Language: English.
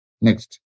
Next